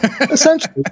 Essentially